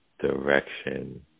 direction